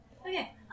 Okay